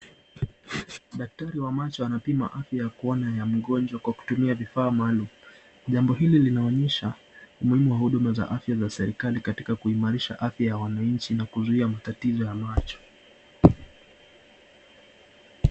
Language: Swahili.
Daktari wa macho anapima afya ya kuona ya mgonjwa kwa kutumia vifaa maalum. Jambo hili linaonyesha umuhimu wa huduma za afya za serikali katika kuimarisha afya ya wananchi na kuzuia matatizo ya macho.